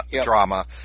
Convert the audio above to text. drama